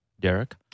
derek